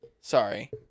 sorry